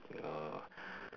uh